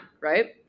right